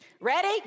Ready